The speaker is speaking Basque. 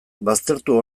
baztertu